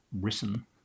written